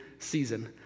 season